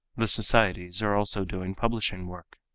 the societies are also doing publishing work.